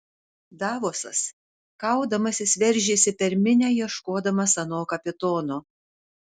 davosas kaudamasis veržėsi per minią ieškodamas ano kapitono